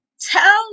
Tell